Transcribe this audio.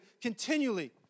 continually